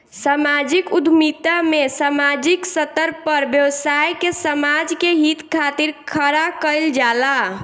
सामाजिक उद्यमिता में सामाजिक स्तर पर व्यवसाय के समाज के हित खातिर खड़ा कईल जाला